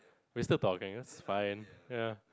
Mister fine ya